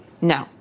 No